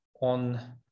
on